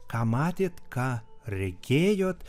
ką matėt ką regėjot